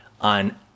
on